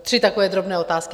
Tři takové drobné otázky.